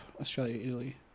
Australia-Italy